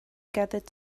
gathered